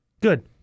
Good